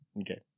Okay